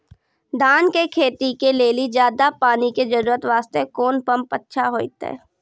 धान के खेती के लेली ज्यादा पानी के जरूरत वास्ते कोंन पम्प अच्छा होइते?